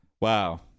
Wow